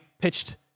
pitched